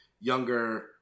younger